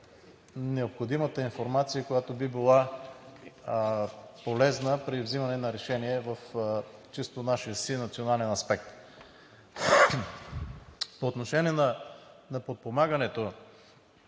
необходимата информация, която би била полезна при взимане на решения в чисто нашия си национален аспект. По отношение на подпомагането